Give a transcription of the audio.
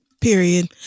Period